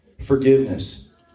Forgiveness